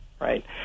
right